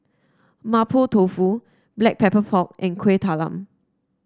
Mapo Tofu Black Pepper Pork and Kuih Talam